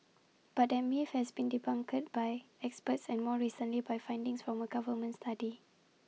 but that myth has been debunked by experts and more recently by findings from A government study